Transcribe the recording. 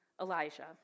Elijah